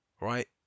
Right